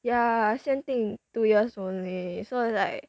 yeah 限定 two years only so it's like